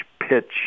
pitch